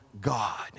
God